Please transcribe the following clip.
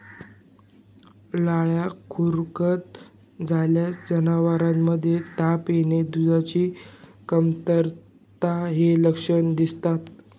लाळ्या खुरकूत झाल्यास जनावरांमध्ये ताप येणे, दुधाची कमतरता हे लक्षण दिसतात